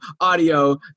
audio